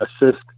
assist